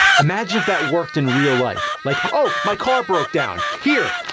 imagine if that worked in real life? like, oh, my car broke down! here!